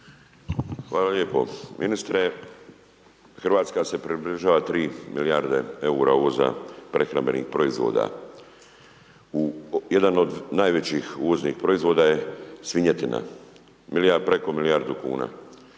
Hvala lijepo. Ministre Hrvatska se približava 3 milijarde eura uvoza prehrambenih proizvoda. Jedan od najvećih uvoznih proizvoda je svinjetina preko milijardu kuna.